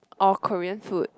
or Korean food